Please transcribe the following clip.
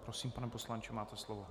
Prosím, pane poslanče, máte slovo.